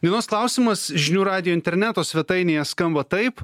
dienos klausimas žinių radijo interneto svetainėje skamba taip